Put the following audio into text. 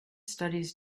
studies